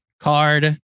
card